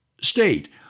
state